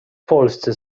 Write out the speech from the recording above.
polsce